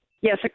Yes